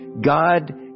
God